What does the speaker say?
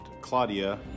Claudia